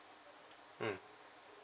mm